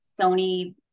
Sony